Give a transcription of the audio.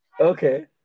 Okay